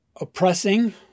oppressing